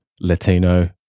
Latino